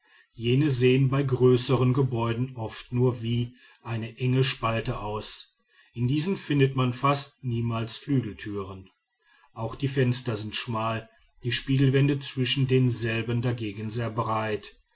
jene sehen bei größeren gebäuden oft nur wie eine enge spalte aus in diesen findet man fast niemals flügeltüren auch die fenster sind schmal die spiegelwände zwischen denselben dagegen sehr breit